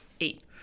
eight